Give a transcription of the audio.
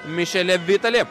mišeli vitali